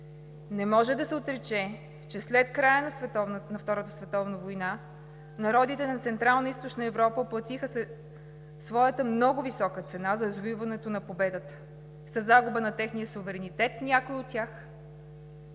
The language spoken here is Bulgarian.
не може да се отрече, че след края на Втората световна война народите на Централна и Източна Европа платиха своята много висока цена за извоюването на победата – някои от тях със загуба на техния суверенитет, с